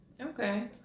Okay